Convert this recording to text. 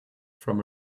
from